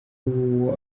w’uwo